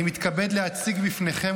אני מתכבד להציג בפניכם,